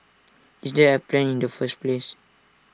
is there A plan in the first place